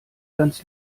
ganz